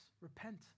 repent